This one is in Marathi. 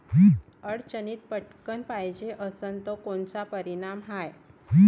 अडचणीत पटकण पायजे असन तर कोनचा पर्याय हाय?